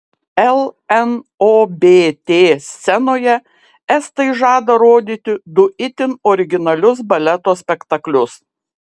lnobt scenoje estai žada rodyti du itin originalius baleto spektaklius